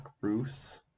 Bruce